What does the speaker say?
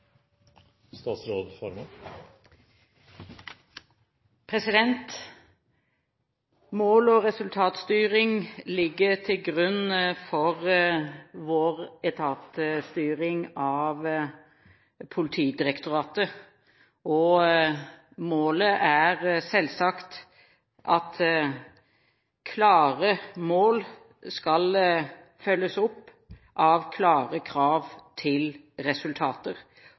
Mål- og resultatstyring ligger til grunn for vår etatsstyring av Politidirektoratet, og klare mål skal selvsagt følges opp av klare krav til resultater.